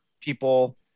people